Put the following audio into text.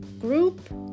group